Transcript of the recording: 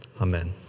Amen